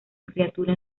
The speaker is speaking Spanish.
criatura